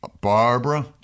Barbara